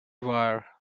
wire